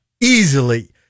easily